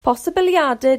posibiliadau